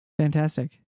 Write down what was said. Fantastic